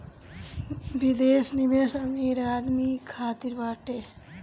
विदेश निवेश अमीर आदमी खातिर बाटे